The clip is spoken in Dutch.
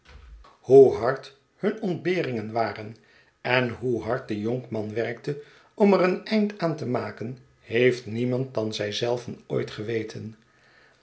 hoe hard hun ontbeeringen waren en hoe hard de jonkman werkte ora er een einde aan te maken heeft niemand dan zij zelven ooit geweten